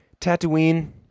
Tatooine